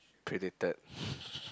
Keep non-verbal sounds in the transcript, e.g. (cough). predicted (noise)